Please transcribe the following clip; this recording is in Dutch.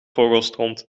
vogelstront